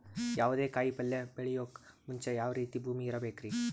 ಯಾವುದೇ ಕಾಯಿ ಪಲ್ಯ ಬೆಳೆಯೋಕ್ ಮುಂಚೆ ಯಾವ ರೀತಿ ಭೂಮಿ ಇರಬೇಕ್ರಿ?